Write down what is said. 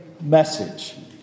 message